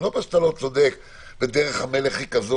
אני לא אומר שאתה לא צודק ודרך המלך היא כזאת.